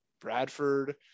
bradford